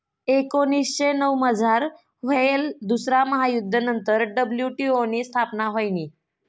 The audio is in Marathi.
एकोनीसशे नऊमझार व्हयेल दुसरा महायुध्द नंतर डब्ल्यू.टी.ओ नी स्थापना व्हयनी